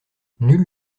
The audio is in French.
nulle